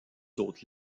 haute